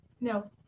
No